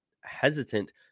hesitant